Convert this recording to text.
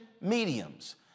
mediums